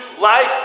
life